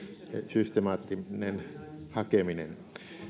systemaattinen hakeminen